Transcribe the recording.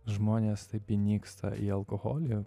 žmonės taip įniksta į alkoholį